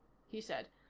he said.